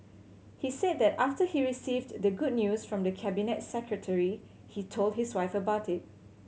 he said that after he received the good news from the Cabinet Secretary he told his wife about it